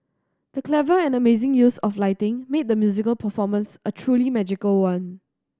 the clever and amazing use of lighting made the musical performance a truly magical one